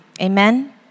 Amen